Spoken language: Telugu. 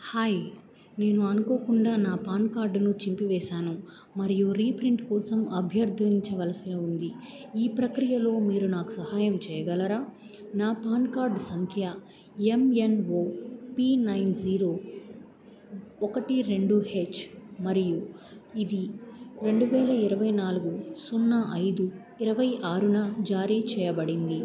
హాయ్ నేను అనుకోకుండా నా పాన్ కార్డును చింపివేసాను మరియు రీప్రింట్ కోసం అభ్యర్థించవలసి ఉంది ఈ ప్రక్రియలో మీరు నాకు సహాయం చేయగలరా నా పాన్ కార్డ్ సంఖ్య ఎంఎన్ఓపీ నైన్ జీరో ఒకటి రెండు హెచ్ మరియు ఇది రెండు వేల ఇరవై నాలుగు సున్నా ఐదు ఇరవై ఆరున జారీ చేయబడింది